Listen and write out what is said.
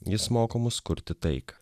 jis moko mus kurti taiką